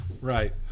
Right